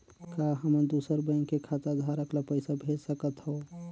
का हमन दूसर बैंक के खाताधरक ल पइसा भेज सकथ हों?